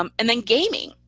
um and then gaming.